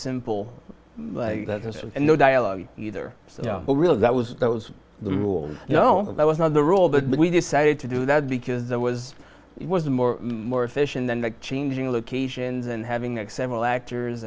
simple like that there's no dialogue either so that was those the rules you know that was not the rule but we decided to do that because that was it was more more efficient than the changing locations and having that several actors